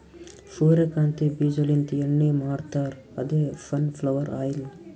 ಸೂರ್ಯಕಾಂತಿ ಬೀಜಾಲಿಂತ್ ಎಣ್ಣಿ ಮಾಡ್ತಾರ್ ಅದೇ ಸನ್ ಫ್ಲವರ್ ಆಯಿಲ್